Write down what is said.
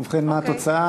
ובכן, מה התוצאה?